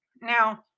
Now